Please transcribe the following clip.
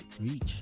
reach